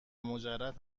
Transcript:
مجرد